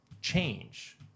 change